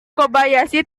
kobayashi